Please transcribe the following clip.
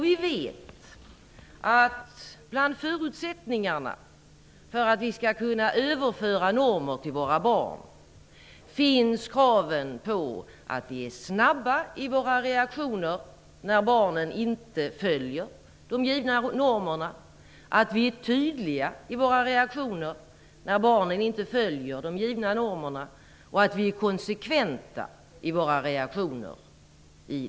Vi vet att bland förutsättningarna för att vi skall kunna överföra normer till våra barn finns kraven på att vi är snabba, tydliga och konsekventa i våra reaktioner när barnen inte följer de givna normerna.